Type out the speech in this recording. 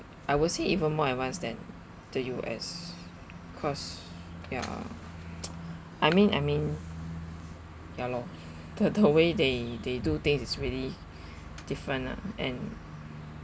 I will say even more advanced than the U_S cause ya I mean I mean ya lor the the way they they do things is really different ah and